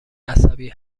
عصبی